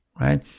right